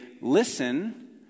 listen